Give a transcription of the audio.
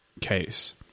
case